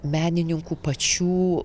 menininkų pačių